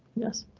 yes.